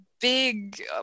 big